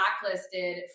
blacklisted